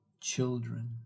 children